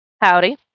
Howdy